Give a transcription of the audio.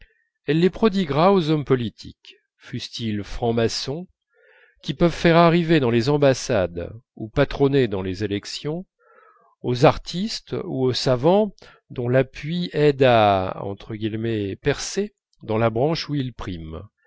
elle les prodiguera aux hommes politiques fussent-ils francs-maçons qui peuvent faire arriver dans les ambassades ou patronner dans les élections aux artistes ou aux savants dont l'appui aide à percer dans la branche où ils priment